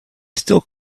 still